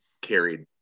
carried